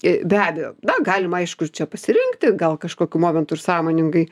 be abejo na galima aišku ir čia pasirinkti gal kažkokiu momentu ir sąmoningai